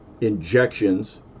injections